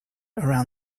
around